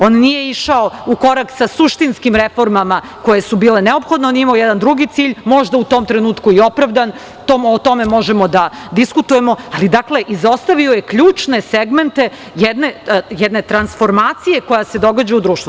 On nije išao u korak sa suštinskim reformama koje su bile neophodne, on je imao jedan drugi cilj, možda u tom trenutku i opravdan, o tome možemo da diskutujemo, ali, dakle, izostavio je ključne segmente jedne transformacije koja se događa u društvu.